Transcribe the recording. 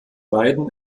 beiden